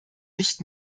nicht